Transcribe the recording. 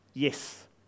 Yes